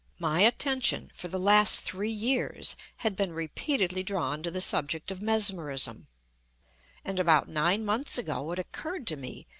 my attention, for the last three years, had been repeatedly drawn to the subject of mesmerism and, about nine months ago it occurred to me,